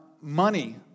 money